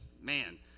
man